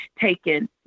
taken